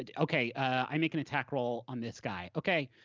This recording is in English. ah okay, i make an attack roll on this guy. okay,